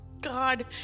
God